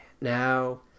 Now